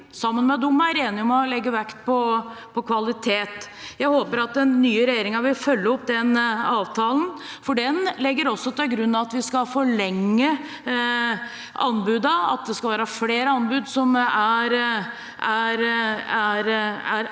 der vi er enige om å legge vekt på kvalitet. Jeg håper at den nye regjeringen vil følge opp den avtalen, for den legger også til grunn at vi skal forlenge anbudene, at det skal være flere anbud som